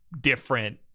different